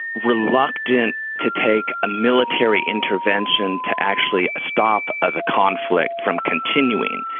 reluctant to take a military intervention to actually stop ah the conflict from continuing.